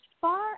far